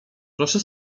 proszę